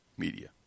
Media